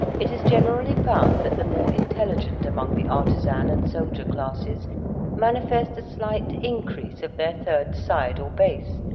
it is generally found that the more intelligent among the artisan and soldier classes manifest a slight increase of their third side or base,